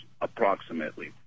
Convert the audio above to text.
approximately